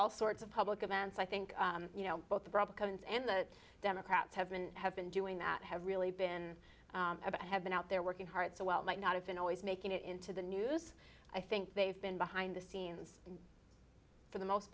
all sorts of public events i think both the broncos and the democrats have been have been doing that have really been about have been out there working hard so well might not have been always making it into the news i think they've been behind the scenes for the most